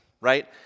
right